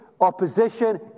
opposition